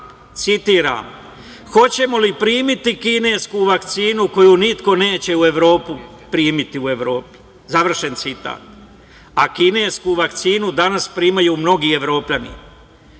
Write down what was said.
citiram - hoćemo li primiti kinesku vakcinu koju niko neće primiti u Evropi, završen citat. Kinesku vakcinu danas primaju mnogi Evropljani. Da